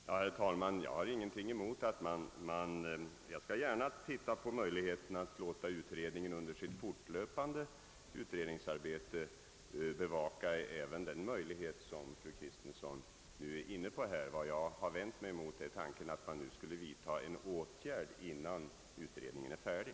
Herr talman! Jag skall gärna överväga möjligheten att låta utredningen under sitt fortlöpande arbete beakta det förslag som fru Kristensson nu fört fram. Vad jag vänder mig mot är tanken att man skulle vidta en åtgärd innan utredningen var färdig.